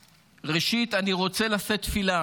ראשית, אני רוצה לשאת תפילה